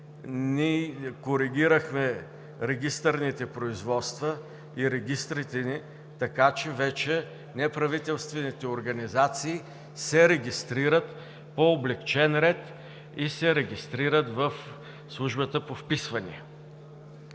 ние коригирахме регистърните производства и регистрите ни така, че вече неправителствените организации се регистрират по облекчен ред и се регистрират в Службата по вписвания.